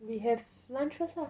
we have lunch first lah